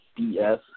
BS